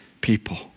people